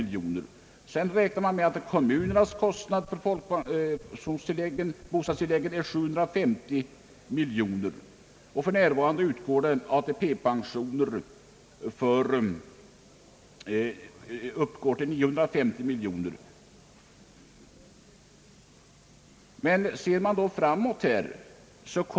Vidare räknar man med att kommunernas kostnader för de kommunala bostadstilläggen är 750 miljoner kronor. För närvarande utges ATP-pensioner med 950 miljoner kronor.